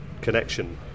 connection